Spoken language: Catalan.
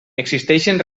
existeixen